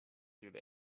through